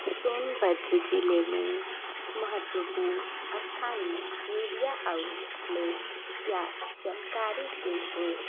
सोनभ्रद ज़िले में महत्वपूर्ण स्थान मीडिया ऑउटलेट या जानकारी के शो